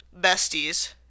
besties